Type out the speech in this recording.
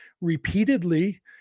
repeatedly